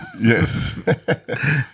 Yes